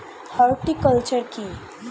Horticulture কি?